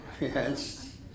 Yes